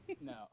no